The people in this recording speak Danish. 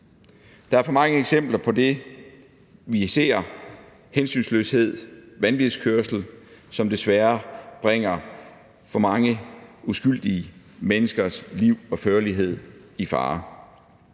Der er for mange eksempler på det. Vi ser hensynsløshed, vanvidskørsel, som desværre bringer for mange uskyldige menneskers liv og førlighed i fare.